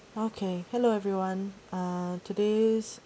okay hello everyone uh today